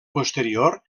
posterior